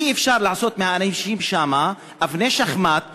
אי-אפשר לעשות מהאנשים שם אבני שחמט שהמדינה,